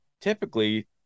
typically